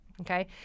okay